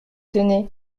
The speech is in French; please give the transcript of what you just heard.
tenez